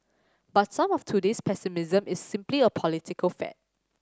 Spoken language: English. but some of today's pessimism is simply a political fad